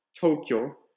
Tokyo